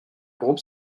groupe